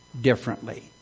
differently